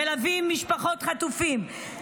מלווים משפחות חטופים,